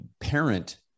parent